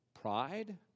Pride